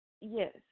Yes